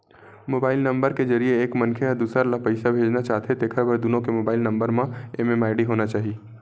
mobile number के जरिए एक मनखे ह दूसर ल पइसा भेजना चाहथे तेखर बर दुनो के मोबईल नंबर म एम.एम.आई.डी होना चाही